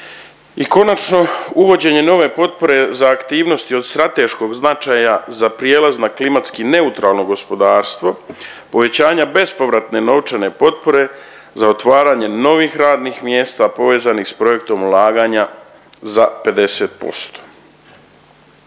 I konačno, uvođenje nove potpore za aktivnosti od strateškog značaja za prijelaz na klimatski neutralno gospodarstvo, povećanja bespovratne novčane potpore za otvaranje novih radnih mjesta povezanih s projektom ulaganja za 50%.